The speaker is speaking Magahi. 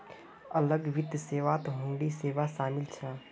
अलग वित्त सेवात हुंडी सेवा शामिल छ